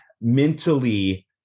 mentally